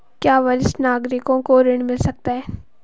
क्या वरिष्ठ नागरिकों को ऋण मिल सकता है?